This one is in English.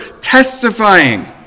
testifying